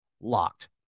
LOCKED